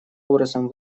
образом